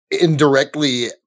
indirectly